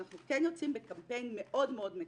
אנחנו כן יוצאים בקמפיין מאוד מאוד מקיף,